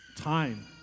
time